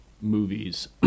movies